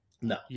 No